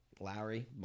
Lowry